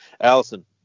Allison